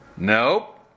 Nope